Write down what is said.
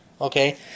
okay